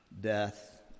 death